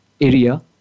area